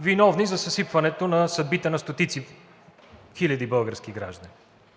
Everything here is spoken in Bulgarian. виновни за съсипването на съдбите на стотици хиляди български граждани.